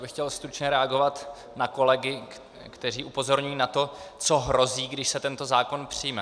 Chtěl bych stručně reagovat na kolegy, kteří upozorňují na to, co hrozí, když se tento zákon přijme.